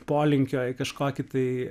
polinkio į kažkokį tai